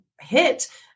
hit